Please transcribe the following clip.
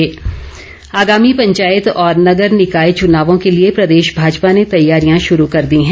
भाजपा आगामी पंचायत और नगर निकाय चुनावों के लिए प्रदेश भाजपा ने तैयारियां शुरू कर दी हैं